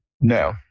No